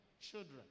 Children